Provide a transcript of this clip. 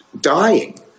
dying